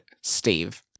Steve